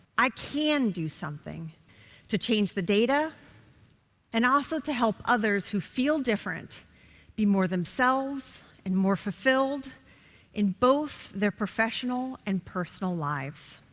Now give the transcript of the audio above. i can do something to change the data and also to help others who feel different be more themselves and more fulfilled in both their professional and personal lives.